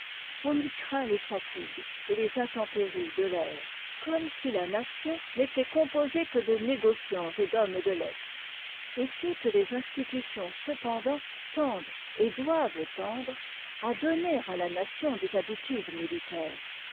les fatigues et les intempéries de l'air comme si la nation n'était composée que de négociants et d'hommes de lettres et toutes les institutions cependant tendent et doivent tendre à donner à la nation des habitudes militaires